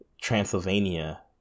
Transylvania